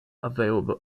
available